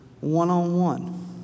one-on-one